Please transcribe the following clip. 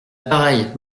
pareille